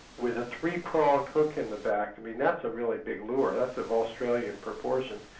with a three pronged hook in the back, i mean that's a really big lure, that's of australian proportions,